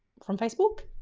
from facebook.